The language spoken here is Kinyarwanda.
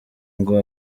ngo